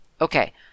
Okay